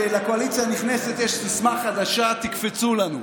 לקואליציה הנכנסת יש סיסמה חדשה: תקפצו לנו.